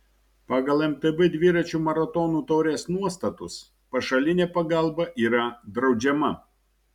pagal mtb dviračių maratonų taurės nuostatus pašalinė pagalba yra draudžiama